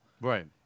Right